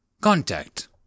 Contact